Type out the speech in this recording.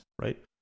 Right